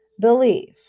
believe